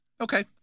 Okay